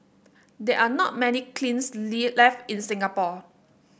there are not many kilns lee left in Singapore